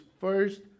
first